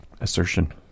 assertion